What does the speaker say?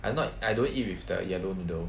I not I don't eat with the yellow noodle